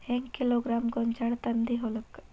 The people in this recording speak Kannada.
ಹೆಂಗ್ ಕಿಲೋಗ್ರಾಂ ಗೋಂಜಾಳ ತಂದಿ ಹೊಲಕ್ಕ?